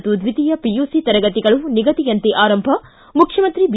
ಮತ್ತು ದ್ವಿತೀಯ ಪಿಯುಸಿ ತರಗತಿಗಳು ನಿಗದಿಯಂತೆ ಆರಂಭ ಮುಖ್ಯಮಂತ್ರಿ ಬಿ